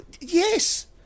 Yes